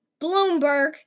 Bloomberg